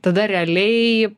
tada realiai